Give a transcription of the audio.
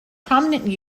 prominent